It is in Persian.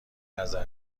نظر